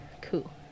Cool